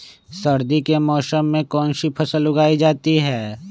सर्दी के मौसम में कौन सी फसल उगाई जाती है?